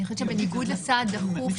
אני חושבת שבניגוד לסעד דחוף,